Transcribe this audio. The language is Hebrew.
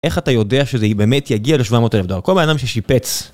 איך אתה יודע שזה באמת יגיע ל-700,000 דולר? כל מה אדם ששיפץ...